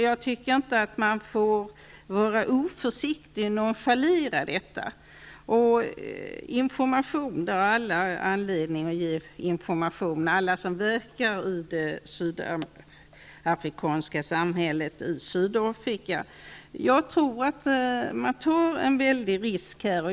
Jag tycker inte att man får vara oförsiktig och nonchalera detta. Det finns all anledning att ge information till alla som verkar i det sydafrikanska samhället, men jag tror att man tar en väldig risk här.